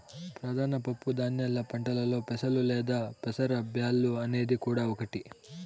ప్రధాన పప్పు ధాన్యాల పంటలలో పెసలు లేదా పెసర బ్యాల్లు అనేది కూడా ఒకటి